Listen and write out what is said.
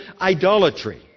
idolatry